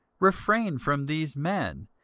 refrain from these men,